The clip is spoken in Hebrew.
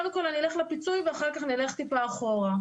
קודם כל אני אלך לפיצוי ואחר כך נלך טיפה אחורה.